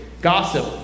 Gossip